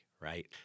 right